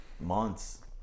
months